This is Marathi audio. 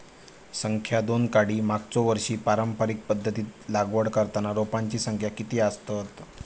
संख्या दोन काडी मागचो वर्षी पारंपरिक पध्दतीत लागवड करताना रोपांची संख्या किती आसतत?